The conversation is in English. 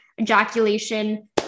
ejaculation